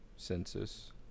census